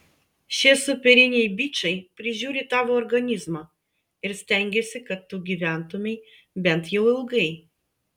šie superiniai bičai prižiūri tavo organizmą ir stengiasi kad tu gyventumei bent jau ilgai